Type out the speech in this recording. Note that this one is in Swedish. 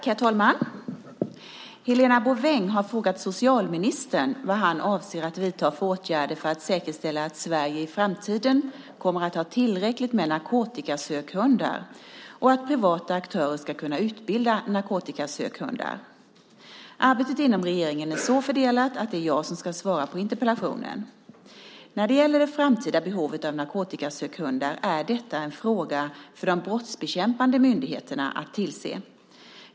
Herr talman! Helena Bouveng har frågat socialministern vad han avser att vidta för åtgärder för att säkerställa att Sverige i framtiden kommer att ha tillräckligt med narkotikasökhundar och att privata aktörer ska kunna utbilda narkotikasökhundar. Arbetet inom regeringen är så fördelat att det är jag som ska svara på interpellationen. När det gäller det framtida behovet av narkotikasökhundar är detta en fråga för de brottsbekämpande myndigheterna att tillse.